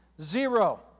Zero